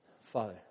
Father